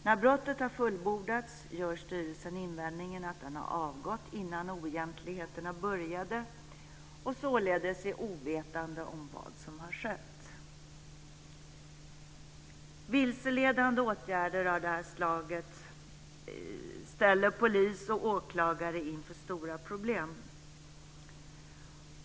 När brottet har fullbordats gör styrelsen invändningen att den avgått innan oegentligheterna började och således är ovetande om vad som skett. Vilseledande åtgärder av detta slag ställer polis och åklagare inför stora problem.